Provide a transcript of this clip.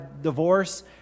divorce